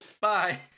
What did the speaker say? Bye